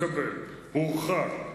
מקבל, הוא הורחק.